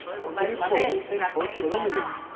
ਸਮੁੰਦਰੀ ਭੋਜਨ 'ਤੇ ਛੋਟ ਕਦੋਂ ਮਿਲੇਗੀ